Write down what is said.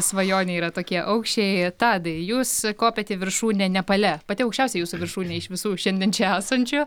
svajonė yra tokie aukščiai tadai jūs kopėt į viršūnę nepale pati aukščiausia jūsų viršūnė iš visų šiandien čia esančių